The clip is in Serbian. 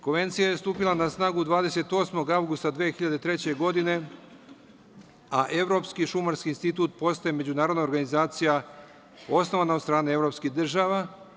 Konvencija je stupila na snagu 28. avgusta 2003. godine, a Evropski šumarski institut postaje međunarodna organizacija osnovana od strane evropskih država.